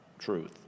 truth